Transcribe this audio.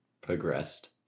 progressed